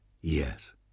Yes